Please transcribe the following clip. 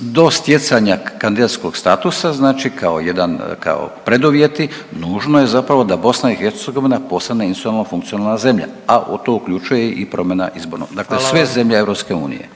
do stjecanja kandidatskog statusa znači kao jedan, kao preduvjeti nužno je zapravo da BiH postane institucionalno funkcionalna zemlja, a u to uključuje i promjena izbornog …/Upadica: Hvala